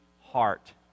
heart